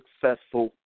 successful